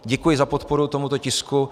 Děkuji za podporu tomuto tisku.